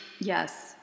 yes